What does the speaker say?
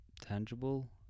tangible